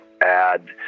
add